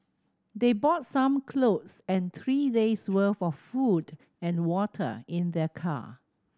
they bought some clothes and three days' work of food and water in their car